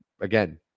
again